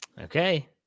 Okay